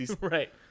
Right